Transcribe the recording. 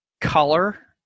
color